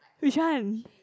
which one